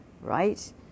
right